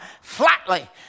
flatly